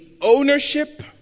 ownership